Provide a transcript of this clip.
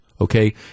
Okay